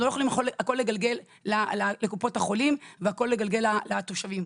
אנחנו לא יכולים את הכל לגלגל על קופות החולים והכל לגלגל על התושבים.